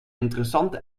interessante